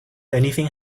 anything